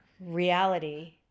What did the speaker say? reality